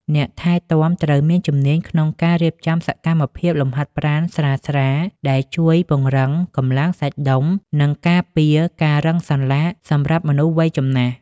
អ្នកថែទាំត្រូវមានជំនាញក្នុងការរៀបចំសកម្មភាពលំហាត់ប្រាណស្រាលៗ ដែលជួយពង្រឹងកម្លាំងសាច់ដុំ និងការពារការរឹងសន្លាក់សម្រាប់មនុស្សវ័យចំណាស់។